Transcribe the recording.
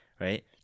right